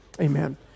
amen